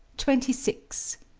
twenty six.